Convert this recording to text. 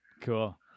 cool